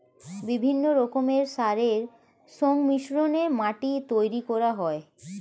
বিভিন্ন রকমের সারের সংমিশ্রণে মাটি তৈরি করা হয়